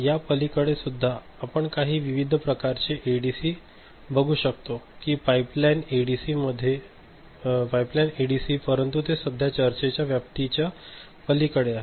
या पलीकडे सुद्धा आपण काही विविध प्रकारचे एडीसी शकतो कि पाईपलाईन एडीसी परंतु ते सध्या या चर्चेच्या व्याप्तीच्या पलीकडे आहे